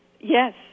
Yes